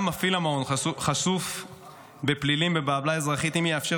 גם מפעיל המעון חשוף לפלילים ולעוולה אזרחית אם יאפשר